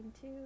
two